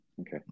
Okay